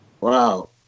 Wow